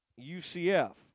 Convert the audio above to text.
UCF